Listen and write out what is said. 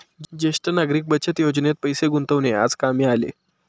ज्येष्ठ नागरिक बचत योजनेत पैसे गुंतवणे आज कामी आले